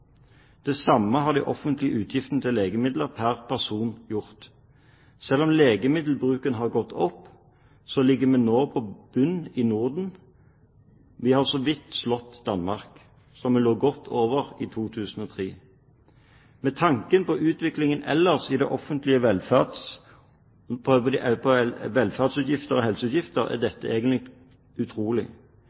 Det samme har de offentlige utgiftene til legemidler pr. person gjort. Selv om legemiddelbruken har gått opp, ligger vi nå på bunn i Norden. Vi har så vidt slått Danmark, som vi lå godt over i 2003. Med tanke på utviklingen ellers i de offentlige velferds- og helseutgiftene er dette egentlig utrolig.